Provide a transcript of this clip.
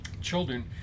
Children